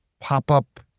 pop-up